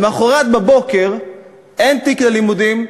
למחרת בבוקר אין תיק ללימודים,